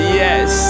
yes